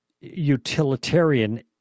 utilitarian